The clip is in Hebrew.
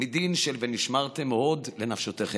מדין של "ונשמרתם מאוד לנפשותיכם".